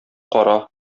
кара